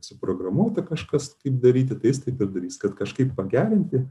suprogramuota kažkas taip daryti tai jis taip ir darys kad kažkaip pagerinti